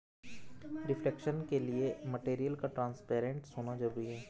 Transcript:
reflection के लिए material का ट्रांसपेरेंट होना जरूरी है